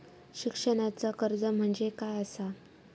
शिक्षणाचा कर्ज म्हणजे काय असा?